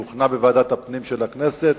היא הוכנה בוועדת הפנים של הכנסת,